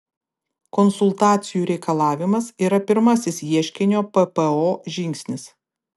konsultacijų reikalavimas yra pirmasis ieškinio ppo žingsnis